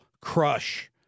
crush